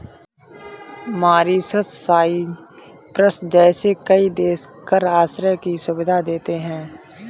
Mauritius, Cyprus जैसे कई देश कर आश्रय की सुविधा देते हैं